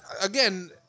again